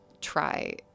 try